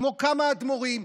כמו כמה אדמו"רים,